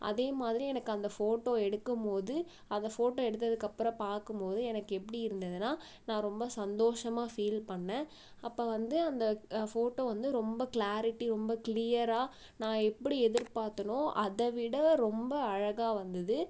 அதே மாதிரி எனக்கு அந்த ஃபோட்டோ எடுக்கும் போது அதை ஃபோட்டோ எடுத்ததுக்கப்புறம் பார்க்கும் போது எனக்கு எப்படி இருந்ததுன்னா நான் ரொம்ப சந்தோஷமாக ஃபீல் பண்ணிணேன் அப்போ வந்து அந்த ஃபோட்டோ வந்து ரொம்ப க்ளாரிட்டி ரொம்ப க்ளியராக நான் எப்படி எதிர்பார்த்தனோ அதைவிட ரொம்ப அழகாக வந்தது